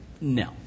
No